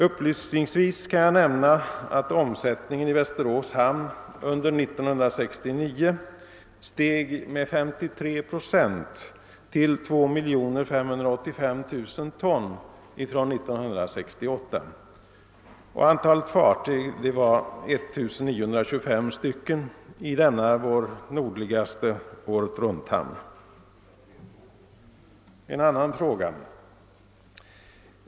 Upplysningsvis kan jag nämna att omsättningen i Västerås hamn under 1969 steg med 53 procent till 2 585 000 ton från 1968 och att antalet fartyg var 1925 stycken i denna vår nordligaste åretrunthamn. Jag övergår till en annan fråga.